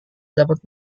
dapat